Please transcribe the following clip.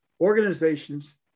organizations